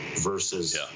versus